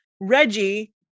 Reggie